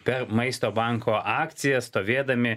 per maisto banko akcijas stovėdami